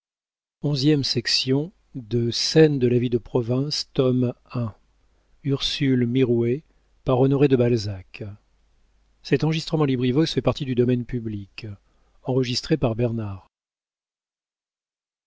de scène de la vie de province tome i author honoré de balzac